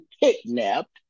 kidnapped